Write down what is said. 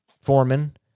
Foreman